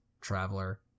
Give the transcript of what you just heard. traveler